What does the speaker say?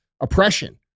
oppression